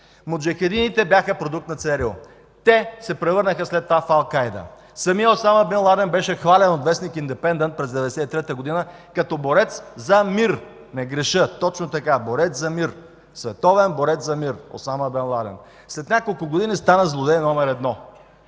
Муджахидините бяха продукт на ЦРУ. Те се превърнаха след това в Ал Кайда. Самият Осама Бин Ладен беше хвален от в. „Индипендънт” през 1993 г. като борец за мир. Не греша, точно така: борец за мир, световен борец за мир, Осама Бин Ладен. След няколко години стана злодей номер едно.